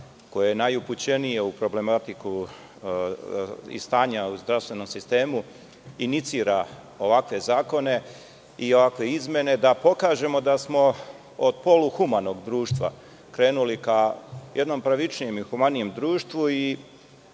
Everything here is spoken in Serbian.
koje je najupućenije u problematiku i stanje u zdravstvenom sistemu, inicira ovakve zakone i ovakve izmene, da pokažemo da smo od poluhumanog društva krenuli ka jednom pravičnijem i humanijem društvu.